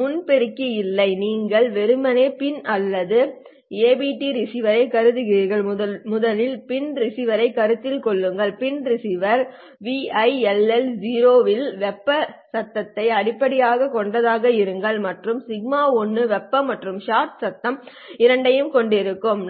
முன் பெருக்கி இல்லை நீங்கள் வெறுமனே பின் அல்லது ஏபிடி ரிசீவரை கருதுகிறீர்கள் முதலில் பின் ரிசீவரை கருத்தில் கொள்ளுங்கள் பின் ரிசீவர் will 0 இல் வெப்ப சத்தத்தை அடிப்படையாகக் கொண்டதாக இருங்கள் மற்றும் σ1 வெப்ப மற்றும் ஷாட் சத்தம் இரண்டையும் கொண்டிருக்கும் சரி